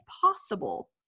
possible